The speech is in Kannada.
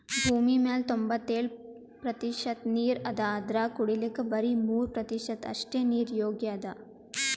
ಭೂಮಿಮ್ಯಾಲ್ ತೊಂಬತ್ತೆಳ್ ಪ್ರತಿಷತ್ ನೀರ್ ಅದಾ ಅದ್ರಾಗ ಕುಡಿಲಿಕ್ಕ್ ಬರಿ ಮೂರ್ ಪ್ರತಿಷತ್ ಅಷ್ಟೆ ನೀರ್ ಯೋಗ್ಯ್ ಅದಾ